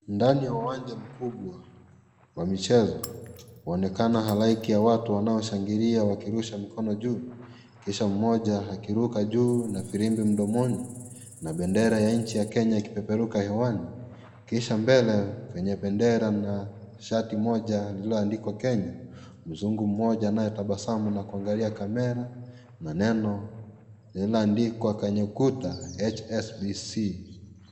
Ndani ya uwanja mkubwa wa michezo, huonekana halaiki ya watu wanaoshangilia wakirusha mikono juu kisha mmoja akiruka juu na firimbi mdomoni na pendera ya nchi ya Kenya ikipeperuka hewani. Kisha mbele kwenye pendera mna shati lilioandikwa "Kenya". Mzungu mmoja anayetabasamu na kuangalia kamera na neno lilioandikwa kwenye ukuta " HSBC".